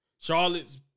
Charlotte's